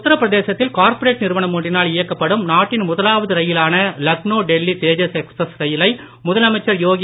உத்தரப்பிரதேசத்தில் கார்பொரேட் நிறுவனம் ஒன்றினால் இயக்கப்படும் நாட்டின் முதலாவது ரயிலான லக்னோ டெல்லி தேஜஸ் எக்ஸ்பிரஸ் ரயிலை முதலமைச்சர் யோகி